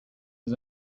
his